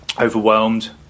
overwhelmed